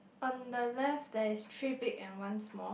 on the left there is three big and one small